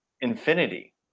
infinity